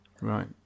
Right